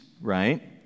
Right